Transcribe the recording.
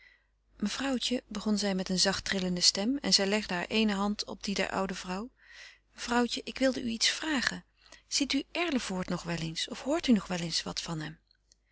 mevrouwtje begon zij met een zacht trillende sternen zij legde hare eene hand op die der oude vrouw mevrouwtje ik wilde u iets vragen ziet u erlevoort nog wel eens of hoort u nog wel eens wat van hem